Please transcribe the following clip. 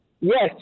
Yes